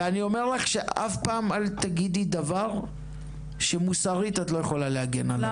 ואני אומר לך שאף פעם אל תגידי דבר שמוסרית את לא יכולה להגן עליו.